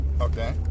Okay